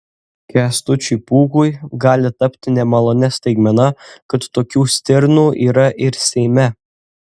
kęstučiui pūkui gali tapti nemalonia staigmena kad tokių stirnų yra ir seime